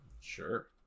Sure